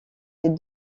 des